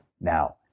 Now